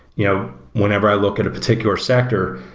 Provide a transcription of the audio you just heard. you know whenever i look at a particular sector,